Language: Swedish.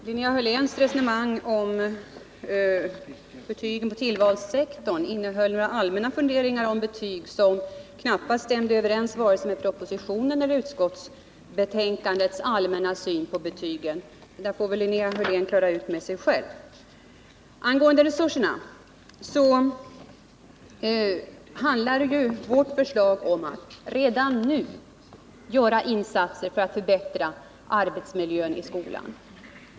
Herr talman! Linnea Hörléns resonemang om betygen i tillvalssektorn innehöll allmänna funderingar om betyg som knappast stämmer överens med vare sig propositionens eller utskottsbetänkandets allmänna syn på betygen, men det där får väl Linnea Hörlén klara ut med sig själv. Angående resurserna handlar vårt förslag om att man redan nu skall göra insatser för att förbättra arbetsmiljön i skolan.